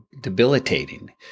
debilitating